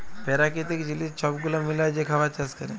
পেরাকিতিক জিলিস ছব গুলা মিলায় যে খাবার চাষ ক্যরে